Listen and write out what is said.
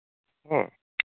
ᱦᱮᱸ